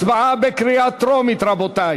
הצבעה בקריאה טרומית,